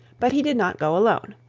but he did not go alone.